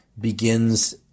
begins